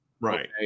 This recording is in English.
right